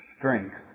Strength